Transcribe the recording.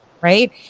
right